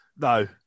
No